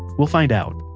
we'll find out,